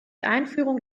einführung